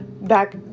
back